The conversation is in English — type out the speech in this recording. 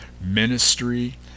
ministry